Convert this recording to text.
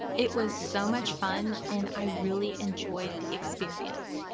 it was so much fun and i really enjoyed the experience.